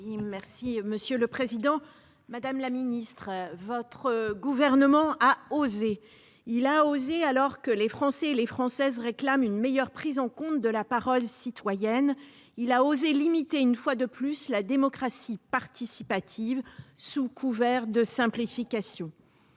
écologique et solidaire. Madame la secrétaire d'État, le Gouvernement a osé ! Il a osé, alors que les Françaises et les Français réclament une meilleure prise en compte de la parole citoyenne, limiter une fois de plus la démocratie participative, sous couvert de simplification.